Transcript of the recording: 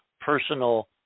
personal